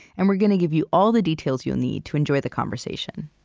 and we're gonna give you all the details you'll need to enjoy the conversation